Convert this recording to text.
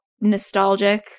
nostalgic